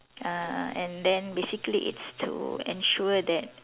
uh and then basically it's to ensure that